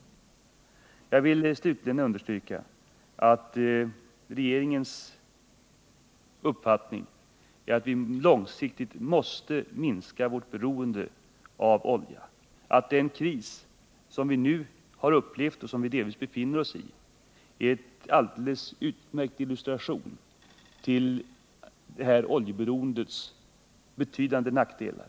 Slutligen vill jag understryka att regeringens uppfattning är att vi långsiktigt måste minska vårt beroende av olja, att den kris som vi nu har upplevt och som vi delvis befinner oss i är en alldeles utmärkt illustration av det här oljeberoendets betydande nackdelar.